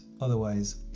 otherwise